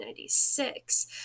1996